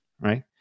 Right